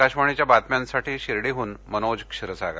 आकाशवाणीच्या बातम्यांसाठी शिर्डीहून मनोज क्षीरसागर